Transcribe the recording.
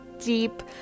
deep